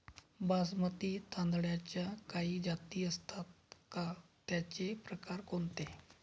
बासमती तांदळाच्या काही जाती असतात का, त्याचे प्रकार कोणते?